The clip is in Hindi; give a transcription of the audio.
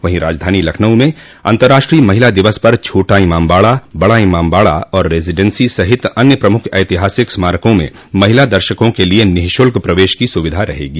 वहीं राजधानी लखनऊ में अंतराष्ट्रीय महिला दिवस पर छोटा इमामबाड़ाबड़ा इमामबाड़ा और रेजीडेंसो सहित अन्य प्रमुख ऐतिहासिक स्मारकों में महिला दर्शका के लिए निःशुल्क प्रवेश की सुविधा रहेगी